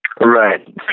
Right